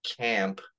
camp